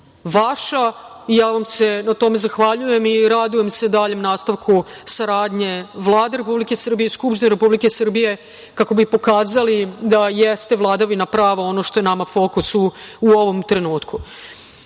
vaša i ja vam se na tome zahvaljujem i radujem se daljem nastavku saradnje Vlade Republike Srbije i Skupštine Republike Srbije kako bi pokazali da jeste vladavina prava ono što je nama fokus u ovom trenutku. Što